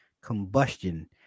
combustion